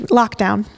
lockdown